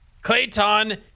Clayton